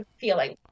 feeling